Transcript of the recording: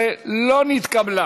12 לא נתקבלה.